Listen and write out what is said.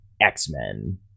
x-men